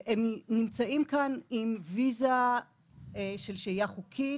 הם נמצאים כאן עם ויזה של שהייה חוקית,